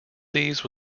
these